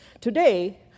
Today